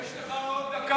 יש לך עוד דקה וחצי.